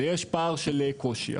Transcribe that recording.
ויש פער של קושי.